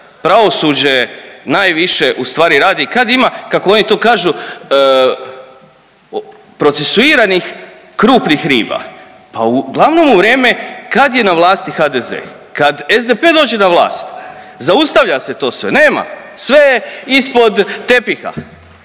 pravosuđe najviše ustvari rad, kad ima kako oni to kažu procesuiranih krupnih riba, pa uglavnom u vrijeme kad je na vlasti HDZ. Kad SDP dođe na vlast zaustavlja se to sve, nema sve je ispod tepiha.